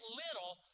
little